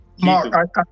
Mark